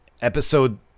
episode